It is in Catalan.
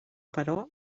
però